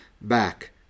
back